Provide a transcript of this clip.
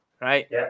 right